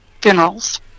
funerals